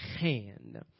hand